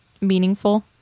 meaningful